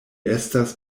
estas